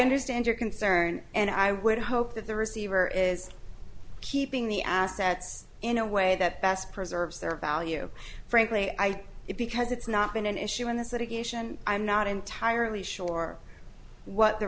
understand your concern and i would hope that the receiver is keeping the assets in a way that best preserves their value frankly i it because it's not been an issue in this litigation i'm not entirely sure what the